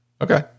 Okay